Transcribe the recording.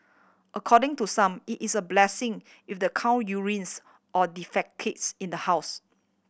according to some it is a blessing if the cow urinates or defecates in the house